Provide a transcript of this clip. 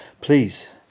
please